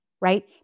right